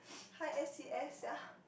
high S_E_S sia